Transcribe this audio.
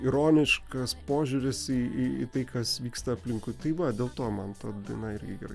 ironiškas požiūris į į tai kas vyksta aplinkui tai va dėl to man daina irgi gerai